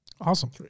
Awesome